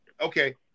Okay